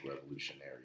revolutionary